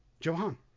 Johan